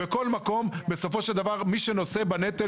בכול מקום בסופו של דבר מי שנושא בנטל